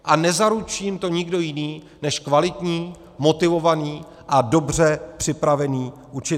A nezaručí jim to nikdo jiný než kvalitní, motivovaný a dobře připravený učitel.